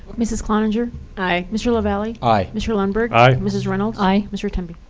mrs. cloninger? aye. mr. lavalley? aye. mr. lundberg? aye. mrs. reynolds? aye. mr. temby?